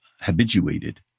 habituated